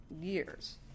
years